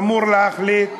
אמור להחליט,